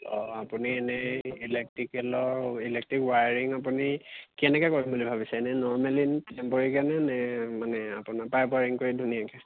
অঁ আপুনি এনেই ইলেক্ট্ৰিকেলৰ ইলেক্ট্ৰিক ৱায়াৰিং আপুনি কেনেকৈ কৰিম বুলি ভাবিছে এনেই নৰ্মেলি টেম্পৰিকৈনে নে মানে আপোনাৰ পাইপ ৱাৰিং কৰি ধুনীয়াকৈ